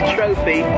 Trophy